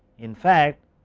in fact,